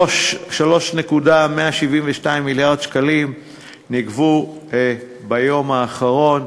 3.172 מיליארד שקלים נגבו ביום האחרון,